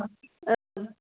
औ